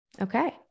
Okay